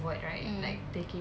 mm